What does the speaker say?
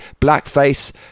blackface